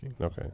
Okay